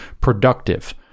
productive